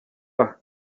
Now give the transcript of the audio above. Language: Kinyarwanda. aha